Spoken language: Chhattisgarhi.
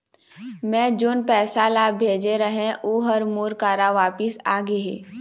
मै जोन पैसा ला भेजे रहें, ऊ हर मोर करा वापिस आ गे हे